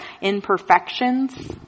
imperfections